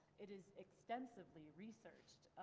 it is extensively researched.